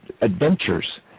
adventures